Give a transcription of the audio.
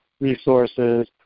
resources